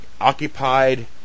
occupied